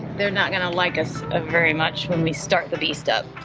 they're not gonna like us ah very much when we start the beast up.